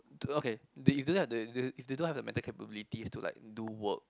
to okay if they don't have the mental capability to like do work